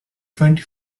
twenty